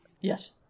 Yes